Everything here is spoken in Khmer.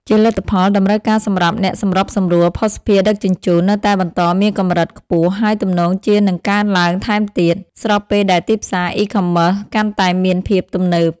ជាលទ្ធផល តម្រូវការសម្រាប់អ្នកសម្របសម្រួលភស្តុភារដឹកជញ្ជូននៅតែបន្តមានកម្រិតខ្ពស់ ហើយទំនងជានឹងកើនឡើងថែមទៀត ស្របពេលដែលទីផ្សារ E-commerce កាន់តែមានភាពទំនើប។